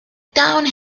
town